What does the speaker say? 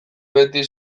beti